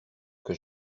que